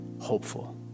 hopeful